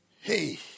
hey